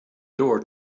door